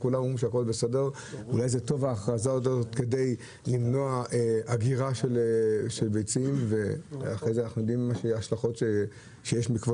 אולי הן לטובה כדי למנוע הגירה של ביצים ועל ההשלכות עקב כך,